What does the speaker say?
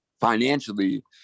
financially